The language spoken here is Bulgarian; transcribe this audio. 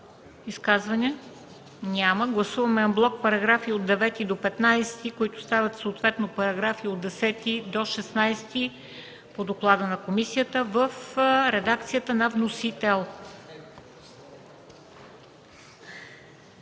Изказвания? Няма. Гласуваме анблок параграфи от 9 до 15, които стават съответно параграфи от 10 до 16 включително, по доклада на комисията в редакцията на вносителя.